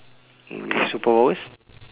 my superpowers